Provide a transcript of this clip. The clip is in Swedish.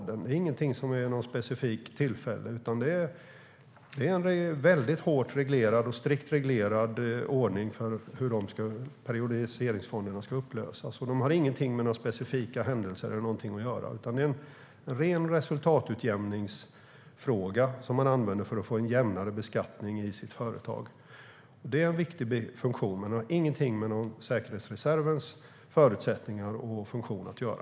Det är inte för ett specifikt tillfälle, utan det är fråga om en hårt och strikt reglerad ordning för hur periodiseringsfonder ska upplösas. De har ingenting med specifika händelser att göra. Det är en ren resultatutjämningsfråga som används för att få en jämnare beskattning i företaget. Det är en viktig funktion, men den har ingenting att göra med säkerhetsreservens förutsättningar och funktioner att göra.